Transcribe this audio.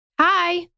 Hi